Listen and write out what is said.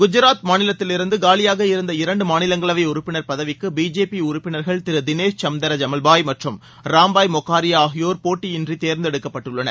குஜராத் மாநிலத்திலிருந்து காலியாக இருந்த இரண்டு மாநிலங்களவை உறுப்பினர் பதவிக்கு பிஜேபி உறுப்பினர்கள் திரு தினேஷ்சம்ந்தர ஜமல்பாய் மற்றும் ராம்பாய் மொக்காரியா ஆகியோர் போட்டியின்றி தேர்ந்தெடுக்கப்பட்டுள்ளனர்